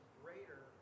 greater